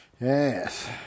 Yes